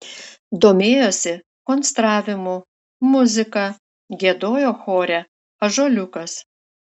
domėjosi konstravimu muzika giedojo chore ąžuoliukas